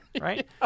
right